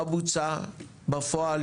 מה בוצע בפועל?